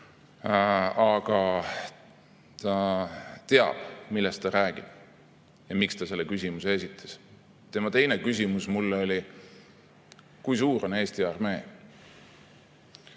Aga ta teab, millest ta räägib ja miks ta selle küsimuse esitas. Tema teine küsimus mulle oli: "Kui suur on Eesti armee?"